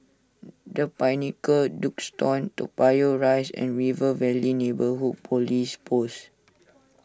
the Pinnacle Duxton Toa Payoh Rise and River Valley Neighbourhood Police Post